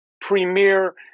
premier